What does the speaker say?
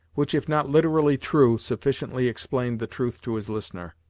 which, if not literally true, sufficiently explained the truth to his listener.